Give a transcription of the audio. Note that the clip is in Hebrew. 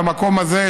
במקום הזה,